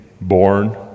born